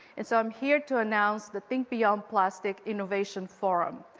and so, i'm here to announce the think beyond plastic innovation forum.